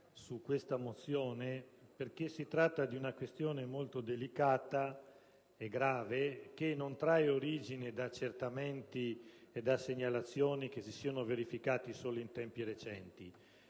su questa mozione perché si tratta di una questione molto delicata e grave, che non trae origine da accertamenti e da segnalazioni verificatisi solo in tempi recenti.